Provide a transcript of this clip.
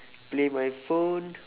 play my phone